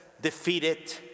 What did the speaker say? defeated